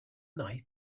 night